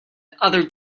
other